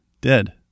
dead